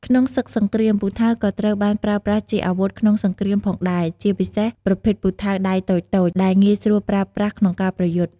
ក្នុងសឹកសង្គ្រាម ពូថៅក៏ត្រូវបានប្រើប្រាស់ជាអាវុធក្នុងសង្គ្រាមផងដែរ ជាពិសេសប្រភេទពូថៅដៃតូចៗដែលងាយស្រួលប្រើប្រាស់ក្នុងការប្រយុទ្ធ។